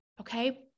Okay